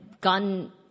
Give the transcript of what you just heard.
gotten